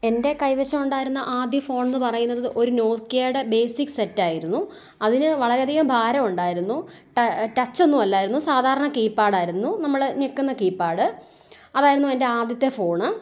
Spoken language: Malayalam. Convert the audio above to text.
എൻ്റെ കൈവശം ഉണ്ടായിരുന്ന ആദ്യ ഫോൺ എന്നു പറയുന്നത് ഒരു നോക്കിയേടെ ബേസിക്ക് സെറ്റായിരുന്നു അതിനു വളരെ അധികം ഭാരം ഉണ്ടായിരുന്നു ടച്ച് ഒന്നും അല്ലായിരുന്നു സാധാരണ കീപാഡായിരുന്നു നമ്മൾ ഞെക്കുന്ന കീപാഡ് അതായിരുന്നു എൻ്റെ ആദ്യത്തെ ഫോണ്